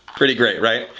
pretty great, right?